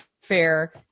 fair